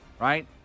right